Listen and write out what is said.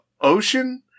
ocean